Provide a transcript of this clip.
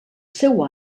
seu